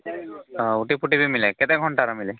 ହଁ ବି ମିଲେ କେତେ ଘଣ୍ଟାର ମିଲେ